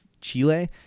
Chile